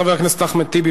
חבר הכנסת אחמד טיבי,